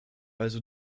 also